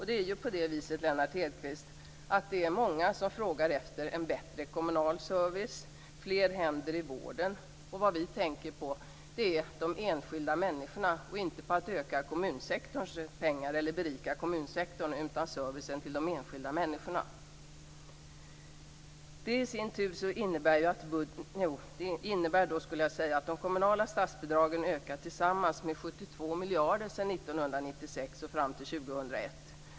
Det är många, Lennart Hedquist, som frågar efter en bättre kommunal service och fler händer i vården. Vi tänker på de enskilda människorna och inte på att berika kommunsektorn. Vi vill berika servicen till de enskilda människorna. Det innebär att de kommunala statsbidragen tillsammans ökat med 72 miljarder kronor sedan 1996 fram till 2001.